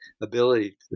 ability